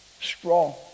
strong